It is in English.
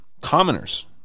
commoners